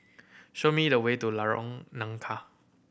show me the way to Lorong Nangka